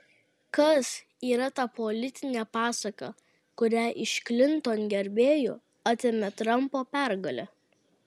kas yra ta politinė pasaka kurią iš klinton gerbėjų atėmė trampo pergalė